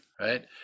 right